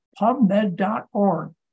pubmed.org